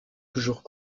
toujours